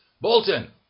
bolton